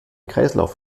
kreislauf